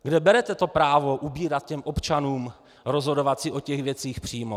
Kde berete to právo ubírat těm občanům rozhodovat si o těch věcech přímo?